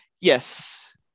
Yes